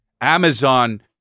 Amazon